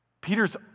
Peter's